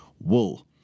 wool